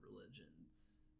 religions